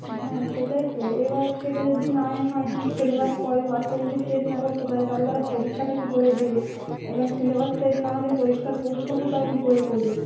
হ্যাঁ সেটাই তো এবার সেটা যদি না এ হয় সিলেবাস পরে বাচ্চা যদি শেষ না করতে পারে তাহলে তারা পরীক্ষাটা কী করে দেবে এবার সিলেবাস শেষ না হলে পরীক্ষার প্রশ্নগুলো তারা কী করে করবে